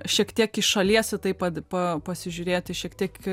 šiek tiek iš šalies į tai pat pa pasižiūrėti šiek tiek